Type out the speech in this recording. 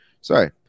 Sorry